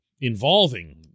involving